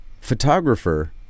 photographer